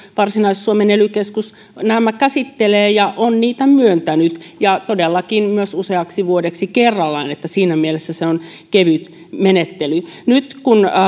varsinais suomen ely keskus nämä käsittelee ja on niitä myöntänyt ja todellakin myös useaksi vuodeksi kerrallaan niin että siinä mielessä se on kevyt menettely nyt kun